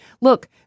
look